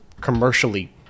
commercially